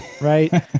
right